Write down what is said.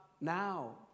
now